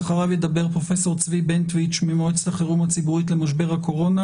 לאחר ידבר פרופ' צבי בנטואיץ ממועצת החירום הציבורית למשבר הקורונה